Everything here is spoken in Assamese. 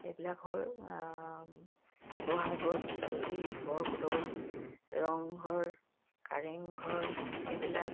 এইবিলাক হ'ল শিৱসাগৰ পুখুৰী শিৱদৌল ৰংঘৰ কাৰেংঘৰ এইবিলাক